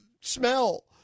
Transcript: smell